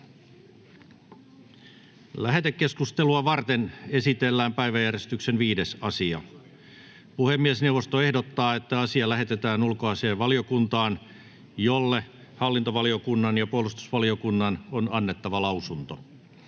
Lähetekeskustelua varten esitellään päiväjärjestyksen 5. asia. Puhemiesneuvosto ehdottaa, että asia lähetetään ulkoasiainvaliokuntaan, jolle hallintovaliokunnan ja puolustusvaliokunnan on annettava lausunto.